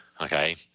okay